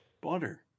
butter